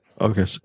Okay